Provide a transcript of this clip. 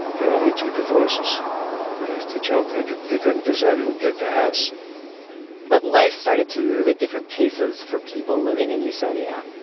there were only two divorces. i had to joke they couldn't they couldn't decide who would get the house but life started to move at different paces for people living in usonia.